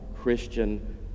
Christian